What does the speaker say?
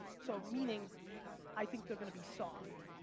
so, meaning i think they're gonna be soft,